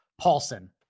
Paulson